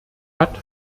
hat